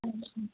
ਹਾਂਜੀ